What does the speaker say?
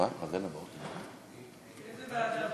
איזו ועדה?